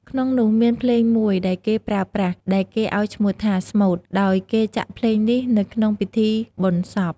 ក្នុងនោះមានភ្លេងមួយដែលគេប្រើប្រាស់ ដែលគេឲ្យឈ្មោះថា ស្មូត ដោយគេចាក់ភ្លេងនេះនៅក្នុងពិធីបុណ្យសព្វ។